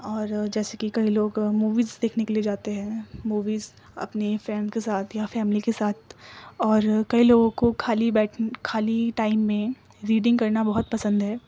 اور جیسے کہ کئی لوگ موویز دیکھنے کے لیے جاتے ہیں موویز اپنے فرینڈز کے ساتھ یا فیملی کے ساتھ اور کئی لوگوں کو خالی خالی ٹائم میں ریڈنگ کرنا بہت پسند ہے